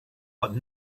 but